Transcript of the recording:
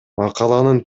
макаланын